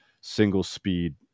single-speed